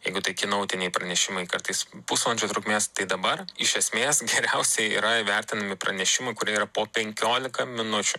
jeigu tai kinoutiniai pranešimai kartais pusvalandžio trukmės tai dabar iš esmės geriausiai yra įvertinami pranešimai kurie yra po penkiolika minučių